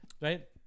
Right